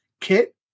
kit